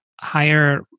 higher